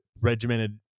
regimented